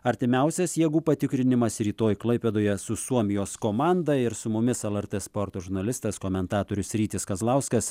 artimiausias jėgų patikrinimas rytoj klaipėdoje su suomijos komanda ir su mumis lrt sporto žurnalistas komentatorius rytis kazlauskas